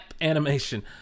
Animation